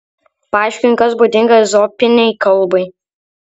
paaiškink kas būdinga ezopinei kalbai